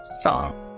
song